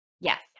Yes